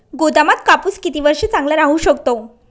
गोदामात कापूस किती वर्ष चांगला राहू शकतो?